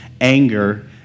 anger